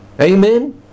Amen